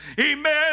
Amen